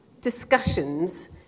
discussions